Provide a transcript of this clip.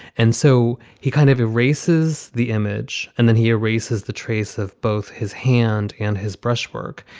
and so he kind of erases the image and then he erases the trace of both his hand and his brushwork.